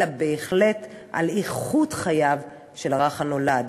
אלא בהחלט על איכות חייו של הרך הנולד.